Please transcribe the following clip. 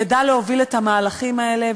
ידע להוביל את המהלכים האלה,